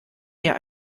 mir